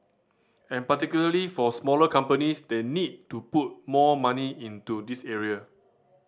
and particularly for smaller companies they need to put more money into this area